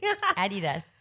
Adidas